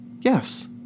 Yes